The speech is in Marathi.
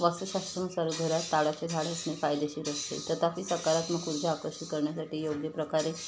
वस्तूशास्त्रम सर घरात ताडाचे झाड असणे फायदेशीर असते तथापी सकारात्मक ऊर्जा आकर्षित करण्यासाठी योग्य प्रकारे